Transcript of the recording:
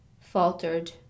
faltered